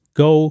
go